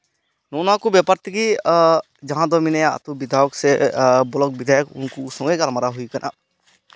ᱱᱚᱜᱚ ᱱᱚᱣᱟ ᱠᱚ ᱵᱮᱯᱟᱨ ᱛᱮᱜᱮ ᱡᱟᱦᱟᱸ ᱫᱚ ᱢᱮᱱᱟᱭᱟ ᱟᱹᱛᱩ ᱵᱤᱫᱷᱟᱭᱚᱠ ᱥᱮ ᱵᱞᱚᱠ ᱵᱤᱫᱷᱟᱭᱚᱠ ᱩᱱᱠᱩ ᱥᱚᱸᱜᱮ ᱜᱟᱞᱢᱟᱨᱟᱣ ᱦᱩᱭ ᱟᱠᱟᱱᱟ